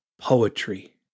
poetry